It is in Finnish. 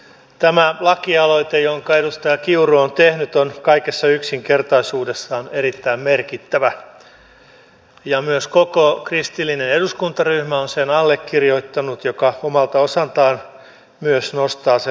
tämä lakialoite jonka edustaja kiuru on tehnyt on kaikessa yksinkertaisuudessaan erittäin merkittävä ja myös koko kristillinen eduskuntaryhmä on sen allekirjoittanut mikä omalta osaltaan myös nostaa sen painoarvoa